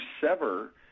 sever